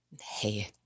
Hey